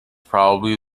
probably